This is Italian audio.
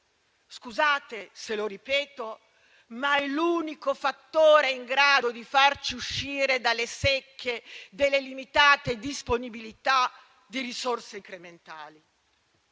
Scusate se lo ripeto, ma è l'unico fattore in grado di farci uscire dalle secche delle limitate disponibilità di risorse incrementali.